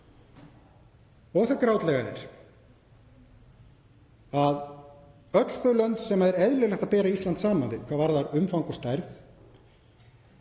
Það grátlega er að öll þau lönd sem er eðlilegt að bera Ísland saman við hvað varðar umfang og stærð